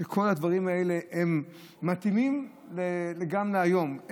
כל הדברים האלה מתאימים גם להיום,